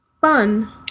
fun